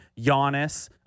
Giannis